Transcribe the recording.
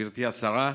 גברתי השרה,